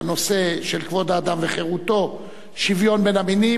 כבוד האדם וחירותו (תיקון, שוויון בין המינים)